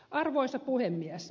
arvoisa puhemies